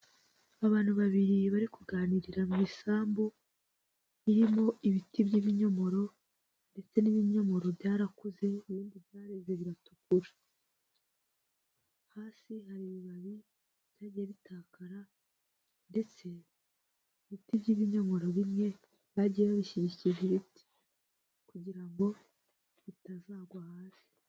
Abantu babiri bari kuganirira mu isambu, irimo ibiti by'ibinyomoro, ndetse n'ibinyomoro byarakuze, ibindi byareze biratukura. Hasi hari ibibabi byagiye bitakara, ndetse ibiti by'ibinyomoro bimwe bagiye babishyigikiza ibiti. Kugira ngo bitazagwa hasi.